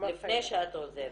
לפני שאת עוזבת.